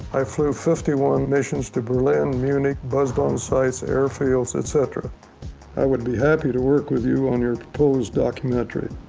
i flew fifty one missions to berlin, munich, buzz-bomb sites, airfields, etc. i would be happy to work with you on your proposed documentary.